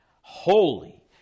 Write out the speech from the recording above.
holy